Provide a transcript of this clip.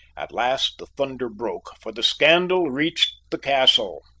at last the thunder broke, for the scandal reached the castle,